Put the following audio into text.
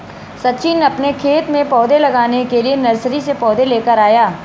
सचिन अपने खेत में पौधे लगाने के लिए नर्सरी से पौधे लेकर आया